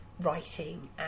writing